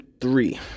three